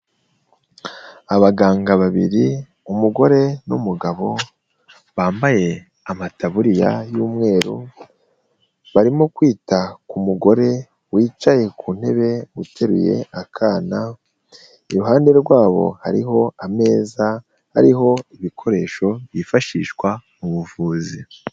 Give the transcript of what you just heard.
Abaganga babiri umugore n'umugabo, bambaye amataburiya y'umweru, barimo kwita ku mugore wicaye ku ntebe, uteruye akana, iruhande rwabo hariho ameza, harihoho ibikoresho byifashishwa mu buvuzi.